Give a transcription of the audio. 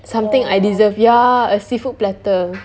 something I deserve ya a seafood platter